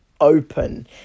open